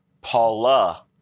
Paula